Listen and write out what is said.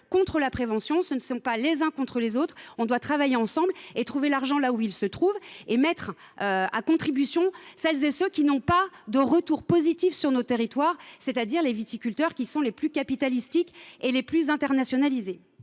et la prévention. Il faut dépasser ce clivage, travailler ensemble, trouver l’argent là où il se trouve et mettre à contribution celles et ceux qui n’ont pas d’effet positif sur nos territoires, c’est à dire les viticulteurs qui sont les plus capitalistiques et les plus internationalisés.